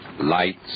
Lights